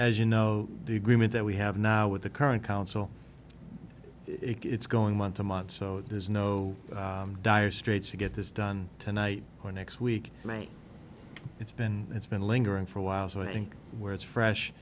as you know the agreement that we have now with the current council it's going month to month so there's no dire straits to get this done tonight or next week i mean it's been it's been lingering for a while so i think where it's fresh